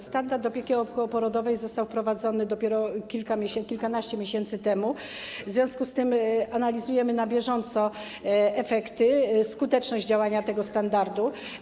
Standard opieki okołoporodowej został wprowadzony dopiero kilkanaście miesięcy temu, w związku z czym analizujemy na bieżąco efekty, skuteczność działania tego standardu.